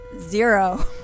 zero